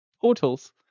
Portals